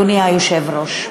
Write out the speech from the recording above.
אדוני היושב-ראש.